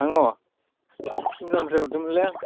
आङो सिमलानिफ्राय हरदोंमोनलै आं